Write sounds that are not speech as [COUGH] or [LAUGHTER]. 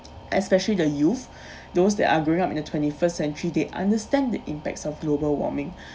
especially the youth [BREATH] those that are growing up in the twenty first century they understand the impacts of global warming [BREATH]